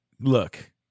look